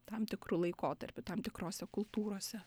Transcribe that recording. tam tikru laikotarpiu tam tikrose kultūrose